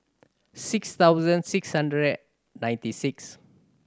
six thousand six hundred and ninety six